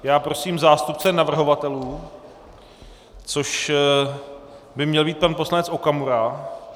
Já prosím zástupce navrhovatelů, což by měl být pan poslanec Okamura.